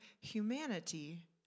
humanity